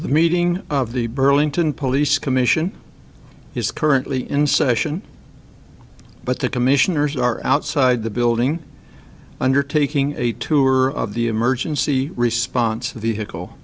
the meeting of the burlington police commission is currently in session but the commissioners are outside the building undertaking a tour of the emergency response vehicle